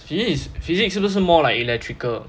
physi~ physics 是不是 more like electrical